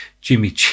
Jimmy